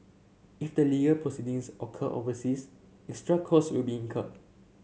if the proceedings occur overseas extra costs will be incurred